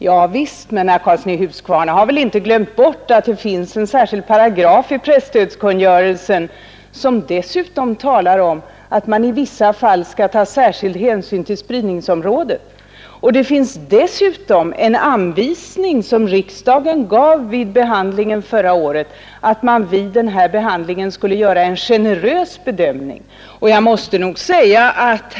Javisst, men herr Karlsson i Huskvarna har väl inte glömt bort att det finns en särskild paragraf i presstödskungörelsen som talar om att man i vissa fall skall ta särskild hänsyn till spridningsområdet. Dessutom gav riksdagen vid förra årets behandling en anvisning om att bedömningen skall vara generös.